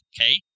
okay